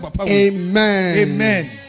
amen